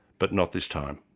but not this time.